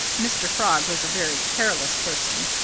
mr. frog was a very careless person.